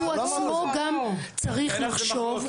הוא עצמו צריך לחשוב.